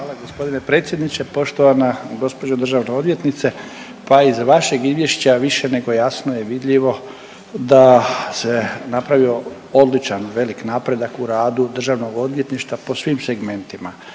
Hvala g. predsjedniče. Poštovana gđo. državna odvjetnice, pa iz vašeg izvješća više nego jasno je vidljivo da se napravio odličan i velik napredak u radu državnog odvjetništva po svim segmentima,